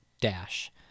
dash